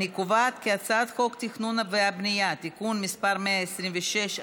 אני קובעת כי הצעת חוק התכנון והבנייה (תיקון מס' 126),